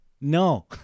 no